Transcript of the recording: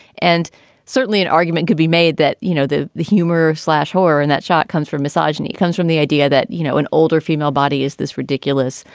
and certainly an argument could be made that, you know, the the humor slash horror and that shock comes from misogyny, comes from the idea that, you know, an older female body is this ridiculous,